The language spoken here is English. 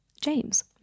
james